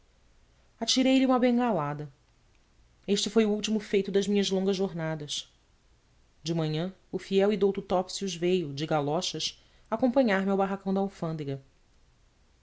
coração atirei lhe uma bengalada este foi o último leito das minhas longas jornadas de manhã o fiel e douto topsius veio de galochas acompanhar-me ao barracão da alfândega